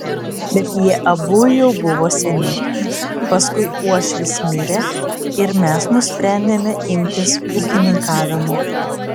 bet jie abu jau buvo seni paskui uošvis mirė ir mes nusprendėme imtis ūkininkavimo